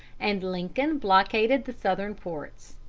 and lincoln blockaded the southern ports.